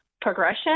progression